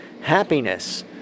happiness